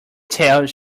tales